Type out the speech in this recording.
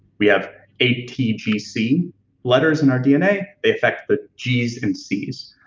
we have atgc letters in our dna, they affect the g's and c's,